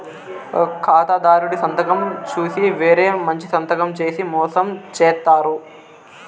ఖాతాదారుడి సంతకం చూసి వేరే మంచి సంతకం చేసి మోసం చేత్తారు